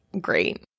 great